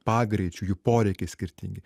pagreičiu jų poreikiai skirtingi